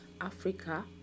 Africa